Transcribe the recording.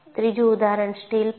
ત્રીજું ઉદાહરણ સ્ટીલ પર છે